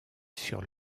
sur